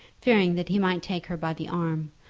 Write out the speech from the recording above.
fearing that he might take her by the arm,